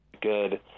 good